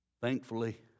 Thankfully